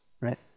right